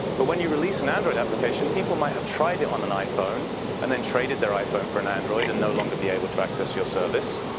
but when you release an android application, people might have tried it on an iphone and then traded their iphone for an android and no longer be able to access your service.